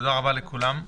רבה לכולם.